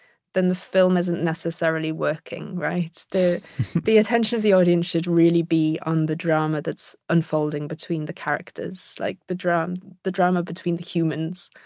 then the film isn't necessarily working, right? the the attention of the audience should really be on the drama that's unfolding between the characters, like the drama the drama between the humans.